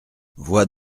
voix